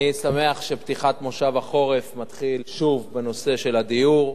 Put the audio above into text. אני שמח שפתיחת מושב החורף מתחילה שוב בנושא הדיור,